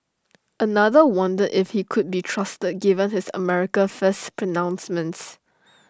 another wonder if he could be trusted given his America First pronouncements